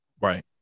right